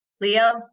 Leo